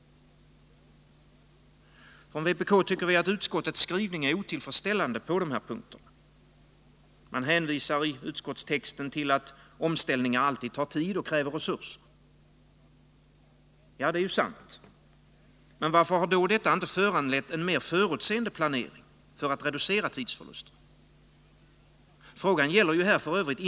Vpk tycker att utskottets skrivning är otillfredsställande på dessa punkter. Man hänvisar i utskottstexten till att omställningar alltid tar tid och kräver resurser. Ja, det är ju sant, men varför har då detta inte föranlett en mer förutseende planering för att reducera tidsförlusterna? Frågan gäller ju här f.ö.